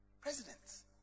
Presidents